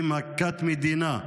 היא מכת מדינה.